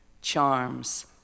Charms